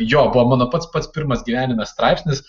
jo buvo mano pats pats pirmas gyvenime straipsnis